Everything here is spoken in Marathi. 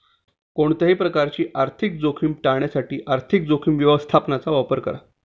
कोणत्याही प्रकारची आर्थिक जोखीम टाळण्यासाठी आर्थिक जोखीम व्यवस्थापनाचा वापर करा